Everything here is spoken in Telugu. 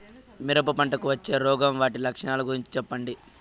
మిరప పంటకు వచ్చే రోగం వాటి లక్షణాలు గురించి చెప్పండి?